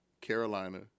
Carolina